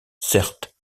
certes